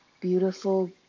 beautiful